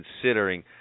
considering